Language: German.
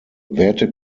werte